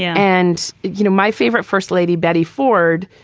yeah and, you know, my favorite first lady, betty ford,